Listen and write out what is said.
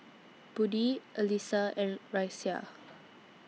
Budi Alyssa and Raisya